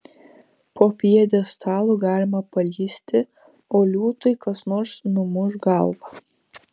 po pjedestalu galima palįsti o liūtui kas nors numuš galvą